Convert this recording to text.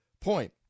point